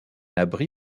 abri